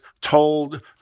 told